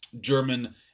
German